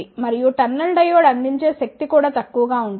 మరియు tunnel diode అందించే శక్తి కూడా తక్కువగా ఉంటుంది